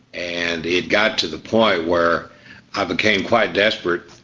and it got to the point where i became quite desperate.